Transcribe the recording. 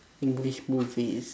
english movies